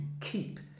keep